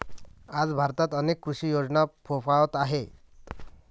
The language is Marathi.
आज भारतात अनेक कृषी योजना फोफावत आहेत